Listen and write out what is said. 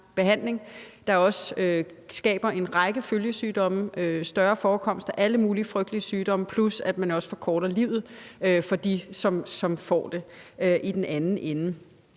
der skaber en række følgesygdomme. Det medfører en større forekomst af alle mulige frygtelige sygdomme, plus at man også forkorter livet i den anden ende